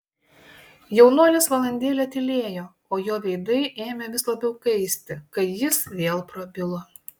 jaunuolis valandėlę tylėjo o jo veidai ėmė vis labiau kaisti kai jis vėl prabilo